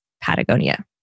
Patagonia